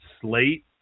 slate